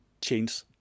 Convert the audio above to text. change